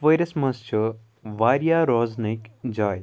کۄپوٲرِس منٛز چھ واریاہ روزنٕکۍ جاے